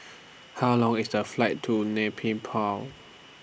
How Long IS The Flight to Nay Pyi Paw